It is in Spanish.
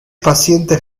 pacientes